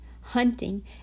hunting